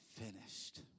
finished